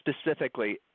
specifically